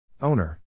Owner